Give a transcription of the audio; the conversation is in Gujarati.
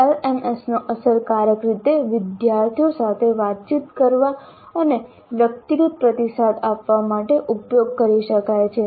એલએમએસનો અસરકારક રીતે વિદ્યાર્થીઓ સાથે વાતચીત કરવા અને વ્યક્તિગત પ્રતિસાદ આપવા માટે ઉપયોગ કરી શકાય છે